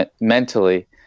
mentally